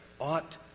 ought